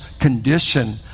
condition